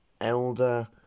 Elder